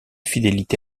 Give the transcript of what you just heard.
fidélité